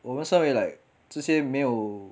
我们算 like 这些没有